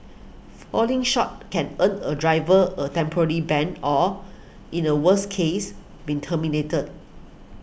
falling short can earn a driver a temporary ban or in a worse case being terminated